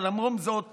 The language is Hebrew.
ולמרות זאת